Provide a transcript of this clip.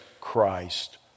Christ